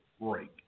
break